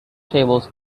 tables